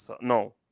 No